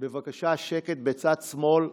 בבקשה, שקט בצד שמאל.